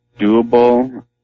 doable